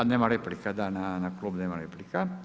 Nema replika, da, na klub nema replika.